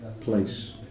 place